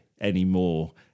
anymore